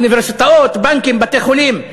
אוניברסיטאות, בנקים, בתי-חולים.